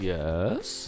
Yes